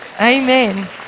Amen